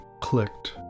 clicked